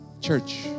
church